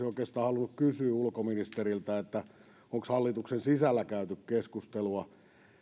oikeastaan halunnut kysyä ulkoministeriltä onko hallituksen sisällä käyty keskustelua